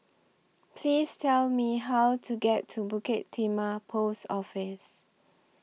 Please Tell Me How to get to Bukit Timah Post Office